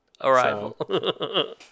arrival